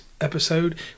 episode